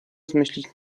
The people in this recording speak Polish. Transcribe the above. zmyślać